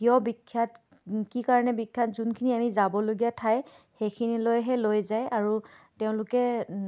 কিয় বিখ্যাত কি কাৰণে বিখ্যাত যোনখিনি আমি যাবলগীয়া ঠাই সেইখিনিলৈহে লৈ যায় আৰু তেওঁলোকে